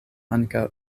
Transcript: ankaŭ